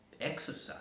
exercise